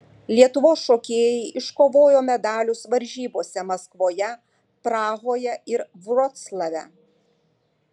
lietuvos šokėjai iškovojo medalius varžybose maskvoje prahoje ir vroclave